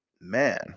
Man